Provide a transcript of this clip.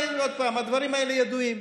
עוד פעם, הדברים האלה ידועים.